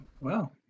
Wow